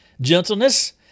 gentleness